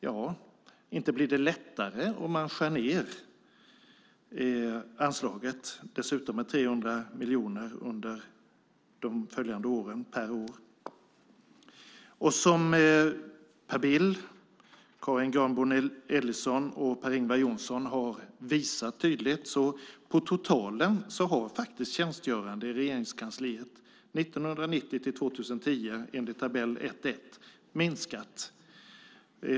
Ja, inte blir det lättare om man skär ned anslaget, dessutom med 300 miljoner per år under de närmast följande åren. Som Per Bill, Karin Granbom Ellison och Per-Ingvar Johnsson har visat tydligt har det totala antalet tjänstgörande i Regeringskansliet 1990-2010, enligt tabell 1.1, faktiskt minskat.